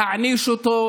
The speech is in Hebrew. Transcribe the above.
להעניש אותו,